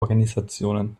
organisationen